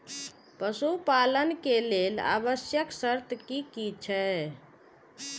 पशु पालन के लेल आवश्यक शर्त की की छै?